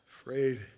afraid